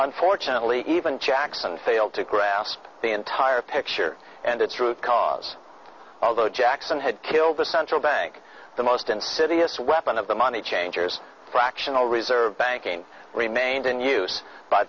unfortunately even jackson failed to grasp the entire picture and its root cause although jackson had killed the central bank the most insidious weapon of the money changers fractional reserve banking remained in use by